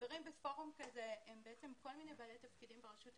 החברים בפורום כזה הם כל מיני בעלי תפקידים ברשות המקומית,